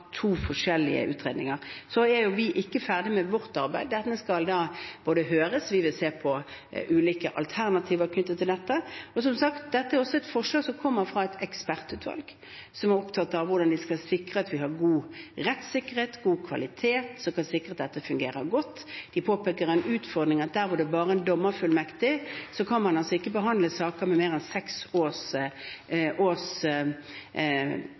to forskjellige utredninger. Vi er ikke ferdig med vårt arbeid. Denne skal høres, vi vil se på ulike alternativer knyttet til dette, og som sagt er dette et forslag som kommer fra et ekspertutvalg, som er opptatt av hvordan vi skal sikre at vi har god rettssikkerhet, god kvalitet, og kan sikre at dette fungerer godt. De påpeker at det er en utfordring at der det bare er en dommerfullmektig, kan man ikke behandle saker med mer enn seks års